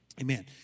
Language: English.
Amen